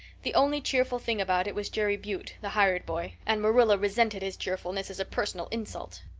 the only cheerful thing about it was jerry buote, the hired boy, and marilla resented his cheerfulness as a personal insult.